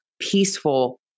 peaceful